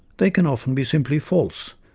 they can often be simply false,